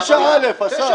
9 (א), אסף.